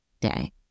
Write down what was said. day